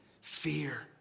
fear